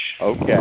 Okay